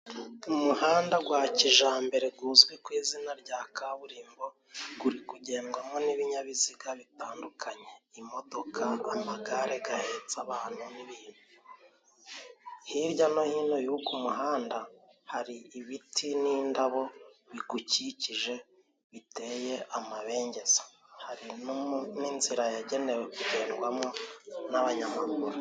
Umuhanda gwa kijambere guzwi ku izina rya kaburimbo guri kugendwamo n'ibinyabiziga bitandukanye imodoka, amagare gahetse abantu, hirya no hino ku muhanda hari ibiti n'indabo bigukikije biteye amabengeza, hari n'inzira yagenewe kugendwamo n'abanyamaguru.